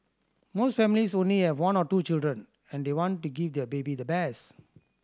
most families only have one or two children and they want to give their baby the best